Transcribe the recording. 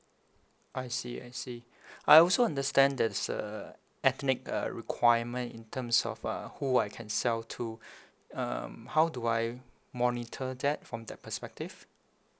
I see I see I also understand there is uh ethnic uh requirement in terms of uh who I can sell to um how do I monitor that from that perspective